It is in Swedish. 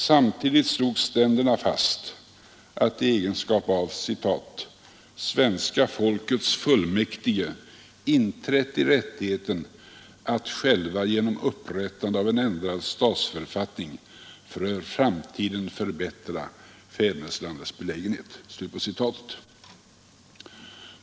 Samtidigt slog ständerna fast att de i egenskap av ”svenska folkets fullmäktige inträtt i rättigheten, att själve genom upprättande av en förändrad statsförfattning, för framtiden förbättra fäderneslandets belägenhet”.